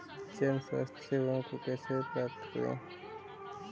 जन स्वास्थ्य सेवाओं को कैसे प्राप्त करें?